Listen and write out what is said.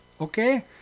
okay